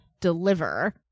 deliver